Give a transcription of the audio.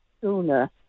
sooner